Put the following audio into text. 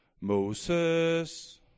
Moses